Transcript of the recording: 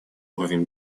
уровень